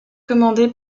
commandé